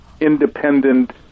independent